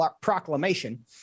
proclamation